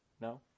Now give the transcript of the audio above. No